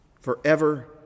forever